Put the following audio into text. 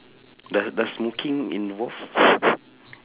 the the smoking in what